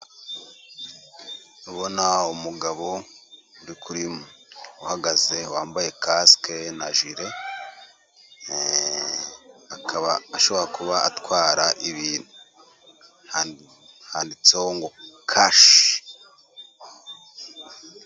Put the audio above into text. Ubona umugabo uri kuri uhagaze wambaye kasike na jire akaba ashobora kuba atwara ibintu handitseho ngo kashi.